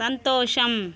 సంతోషం